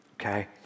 okay